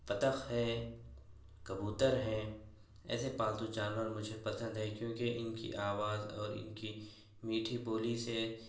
بطخ ہے کبوتر ہے ایسے پالتو جانور مجھے پسند ہے کیونکہ ان کی آواز اور ان کی میٹھی بولی سے